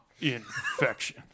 infection